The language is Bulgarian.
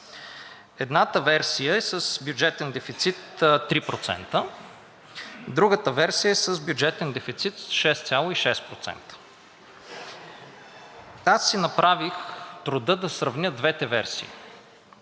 Едната версия е с бюджетен дефицит 3%, другата версия е с бюджетен дефицит 6,6%. Аз си направих труда да сравня двете версии.